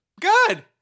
Good